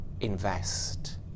invest